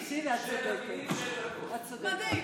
פשוט מדהים.